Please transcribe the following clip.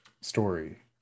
story